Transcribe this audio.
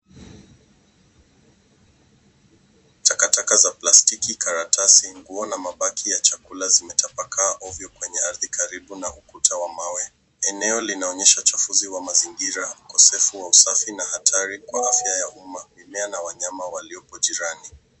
Takataka za plastiki, karatasi, nguo na mabaki ya chakula zimetapakaa ovyo kwenye ardhi karibu na ukuta wa mawe. Eneo linaonyesha uchafuzi wa mazingira, ukosefu wa usafi na hatari kwa afya ya umma, mimea na wanyama waliopo jirani.